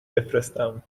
بفرستم